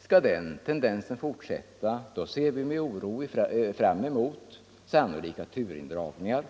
Skall den tendensen fortsätta ser vi med oro fram mot sannolika turindragningar.